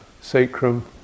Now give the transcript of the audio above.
sacrum